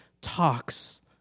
talks